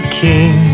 king